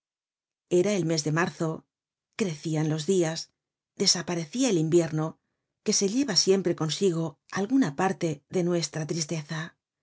era el mes de marzo crecian los dias desaparecia el invierno que se lleva siempre consigo alguna parte de nuestra tristeza